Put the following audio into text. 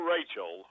Rachel